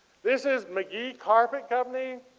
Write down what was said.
this is mcgee carpet company.